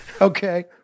Okay